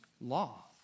law